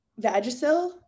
vagisil